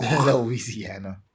Louisiana